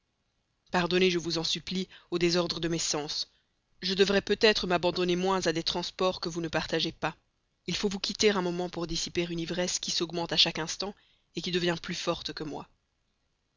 pardonnez je vous en supplie le délire que j'éprouve je devrais peut-être m'abandonner moins à des transports que vous ne partagez pas il faut vous quitter un moment pour dissiper une ivresse qui s'augmente à chaque instant qui devient plus forte que moi